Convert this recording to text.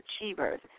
achievers